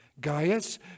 Gaius